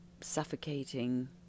suffocating